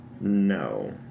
No